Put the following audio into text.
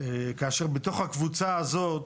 כאשר בתוך הקבוצה הזאת,